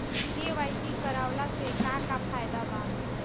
KYC करवला से का का फायदा बा?